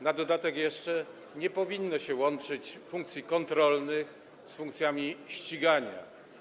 Na dodatek jeszcze nie powinno się łączyć funkcji kontrolnych z funkcjami ścigania.